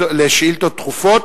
לשאילתות דחופות,